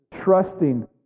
trusting